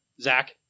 Zach